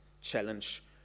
challenge